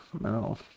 no